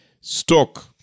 stock